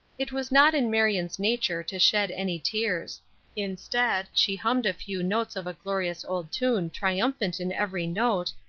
it was not in marion's nature to shed any tears instead, she hummed a few notes of a glorious old tune triumphant in every note,